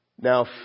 now